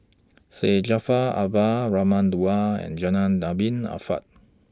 Syed Jaafar Albar Raman Daud and Zainal Abidin Ahmad